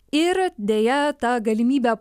ir deja ta galimybe